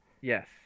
yes